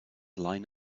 line